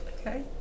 Okay